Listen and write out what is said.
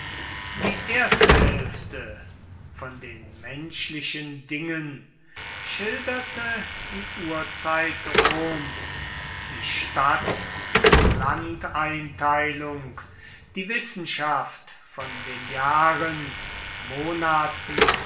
die erste hälfte von den menschlichen dingen schilderte die urzeit roms die stadt und landeinteilung die wissenschaft von den jahren monaten